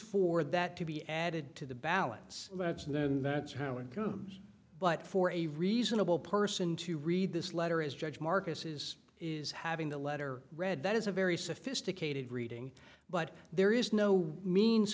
for that to be added to the balance and that's how it goes but for a reasonable person to read this letter is judge marcus's is having the letter read that is a very sophisticated reading but there is no means